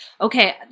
okay